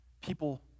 people